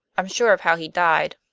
i'm sure of how he died.